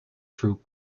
through